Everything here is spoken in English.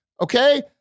okay